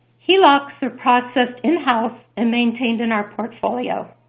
helocs are processed in-house and maintained in our portfolio.